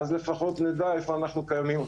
ואז לפחות נדע איפה אנחנו קיימים,